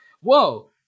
whoa